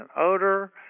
odor